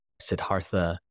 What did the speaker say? Siddhartha